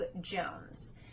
Jones